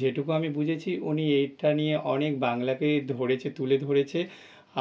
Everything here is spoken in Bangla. যেটুকু আমি বুঝেছি উনি এটা নিয়ে অনেক বাংলাকে ধরেছে তুলে ধরেছে